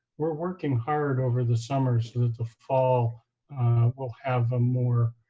we're working hard over the summer so that the fall will have a more